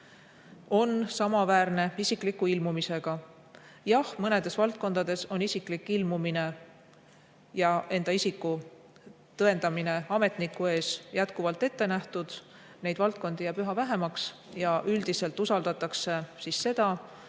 on samaväärne isikliku ilmumisega. Jah, mõnes valdkonnas on isiklik ilmumine ja enda isiku tõendamine ametniku ees jätkuvalt ette nähtud, aga neid valdkondi jääb üha vähemaks ja üldiselt usaldatakse seda,